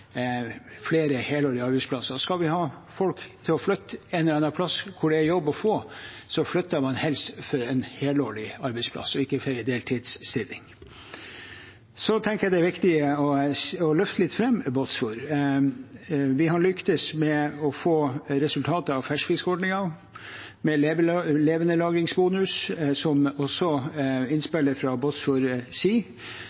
flere helårs arbeidsplasser. Skal vi ha folk til å flytte en eller annen plass hvor det er jobb å få, så flytter man helst for en helårs arbeidsplass, ikke for en deltidsstilling. Så tenker jeg det er viktig å løfte fram Båtsfjord. Vi har lyktes med å få resultater av ferskfiskordningen med levendelagringsbonus, som også